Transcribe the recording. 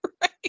Right